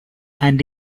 and